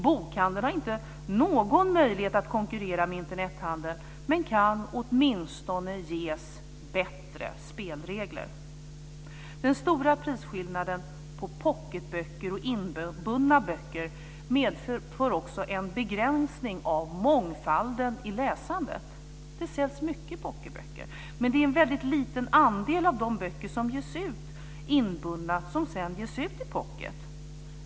Bokhandeln har inte någon möjlighet att konkurrera med Internethandeln, men kan åtminstone ges bättre spelregler. Den stora prisskillnaden mellan pocketböcker och inbundna böcker medför också en begränsning av mångfalden i läsandet. Det säljs mycket pocketböcker. Men det är en mycket liten andel av de böcker som ges ut inbundna som sedan ges ut i pocket.